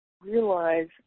realize